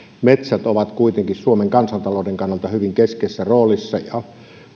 metsät ovat kuitenkin suomen kansantalouden kannalta hyvin keskeisessä roolissa ja